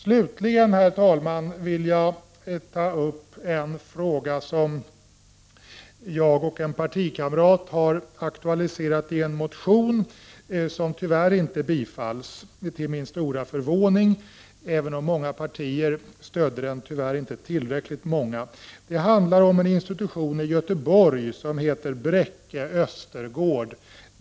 Slutligen, herr talman, vill jag ta upp en fråga som jag och en partikamrat har aktualiserat i en motion som till min stora förvåning tyvärr inte har tillstyrkts, även om flera partier stödde den var det inte tillräckligt många. Denna motion handlar om en institution i Göteborg som heter Bräcke Östergård.